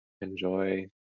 enjoy